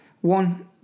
one